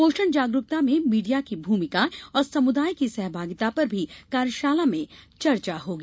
पोषण जागरूकता में मीडिया की भूमिका और समूदाय की सहभागिता पर भी कार्यशाला में चर्चा होगी